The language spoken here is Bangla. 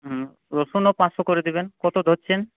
রসুনও পাঁচশো করে দেবেন কত ধরছেন